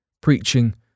preaching